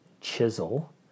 chisel